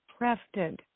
crafted